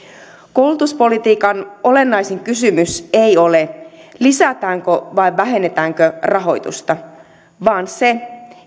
koulutuspolitiikan olennaisin kysymys ei ole lisätäänkö vai vähennetäänkö rahoitusta vaan se